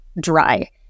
dry